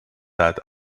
that